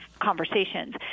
conversations